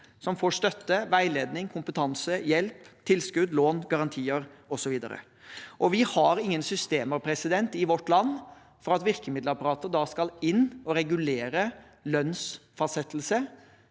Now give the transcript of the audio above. og får støtte, veiledning, kompetanse, hjelp, tilskudd, lån, garantier osv. Vi har ingen systemer i vårt land for at virkemiddelapparatet da skal inn og regulere lønnsfastsettelse,